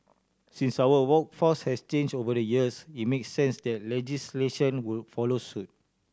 since our workforce has changed over the years it makes sense that legislation would follow suit